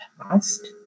past